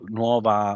nuova